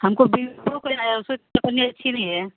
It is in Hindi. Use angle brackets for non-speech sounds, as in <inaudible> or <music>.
हमको <unintelligible> कंपनी अच्छी नहीं है